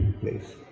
place